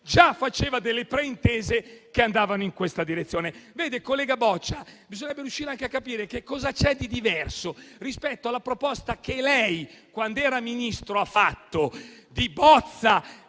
già faceva delle preintese che andavano in questa direzione. Collega Boccia, bisognerebbe riuscire anche a capire cosa c'è di diverso rispetto alla proposta che lei ha fatto quando era Ministro rispetto a una bozza